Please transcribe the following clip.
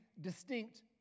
distinct